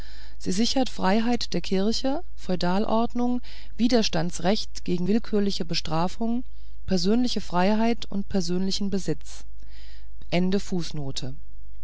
sie sichert freiheit der kirche feudalordnung widerstandsrecht gegen willkürliche bestrafung persönliche freiheit und persönlichen